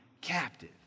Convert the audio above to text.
captive